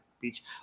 beach